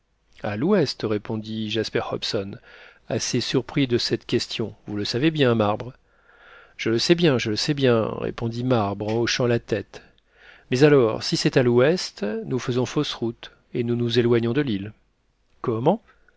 à l'ouest répondit jasper hobson assez surpris de cette question vous le savez bien marbre je le sais bien je le sais bien répondit marbre en hochant la tête mais alors si c'est à l'ouest nous faisons fausse route et nous nous éloignons de l'île comment